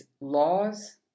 laws